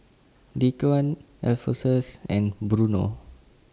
Dequan Alphonsus and Bruno